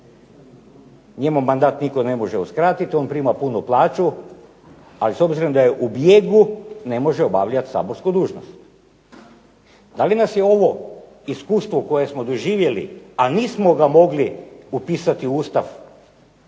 Njemu mandat nitko ne može uskratit, on prima punu plaću, ali s obzirom da je u bijegu ne može obavljat saborsku dužnost. Da li nas je ovo iskustvo koje smo doživjeli a nismo ga mogli upisati u Ustav